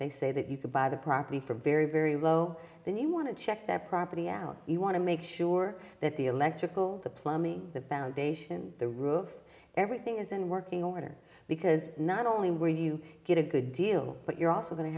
they say that you could buy the property for very very low then you want to check that property out you want to make sure that the electrical the plumbing the bound ation the roof everything is in working order because not only where you get a good deal but you're also going to